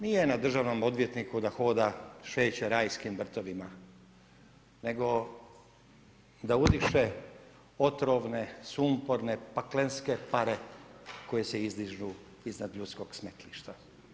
Nije na državnom odvjetniku da hoda, šeće rajskim vrtovima, nego da udiše otrovne sumporne, paklenske pare koje se izdižu iznad ljudskog smetlišta.